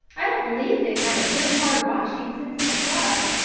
i don't believe they've had a good hard washing since the flood.